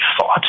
thought